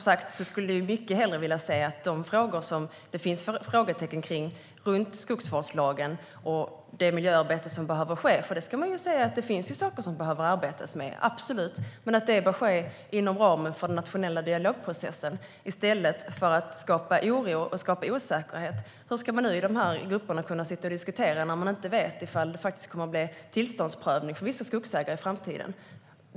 Som sagt skulle jag mycket hellre vilja se en diskussion om de frågor som det finns frågetecken för när det gäller skogsvårdslagen och det miljöarbete som behöver ske. Det finns ju saker som det behöver arbetas med, absolut. Men det bör ske inom ramen för den nationella dialogprocessen i stället för att skapa oro och osäkerhet. Hur ska dessa grupper kunna sitta och diskutera när de inte vet om det kommer att införas tillståndsprövning för vissa skogsägare i framtiden?